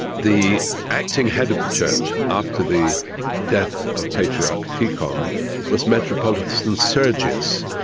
the acting head of the church after the death of patriarch tikhon was metropolitan sergius.